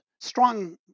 strong